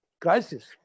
crisis